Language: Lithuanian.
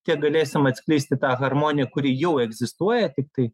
kiek galėsim atskleisti tą harmoniją kuri jau egzistuoja tiktai